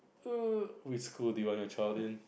which school do you want your child in